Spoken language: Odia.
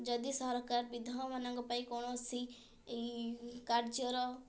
ଯଦି ସରକାର ବିଧବାମାନଙ୍କ ପାଇଁ କୌଣସି ଏହି କାର୍ଯ୍ୟର